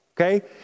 okay